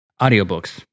Audiobooks